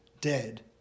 dead